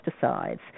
pesticides